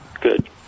Good